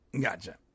Gotcha